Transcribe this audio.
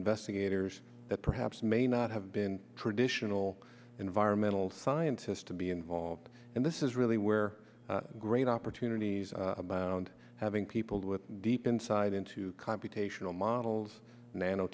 investigators that perhaps may not have been traditional environmental scientists to be involved and this is really where great opportunities abound having people with deep inside into computational models